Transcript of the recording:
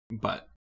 but-